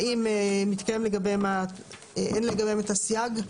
האם אין לגביהם את הסייג?